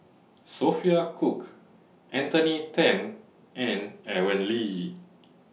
Sophia Cooke Anthony ten and Aaron Lee